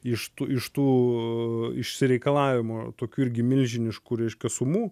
iš tų iš tų išsireikalavimo tokių irgi milžiniškų reiškia sumų